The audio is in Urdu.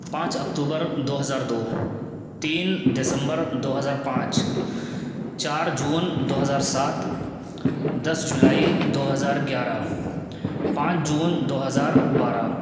پانچ اکتوبر دو ہزار دو تین دسمبر دو ہزار پانچ چار جون دو ہزار سات دس جولائی دو ہزار گیارہ پانچ جون دو ہزار بارہ